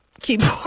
keyboard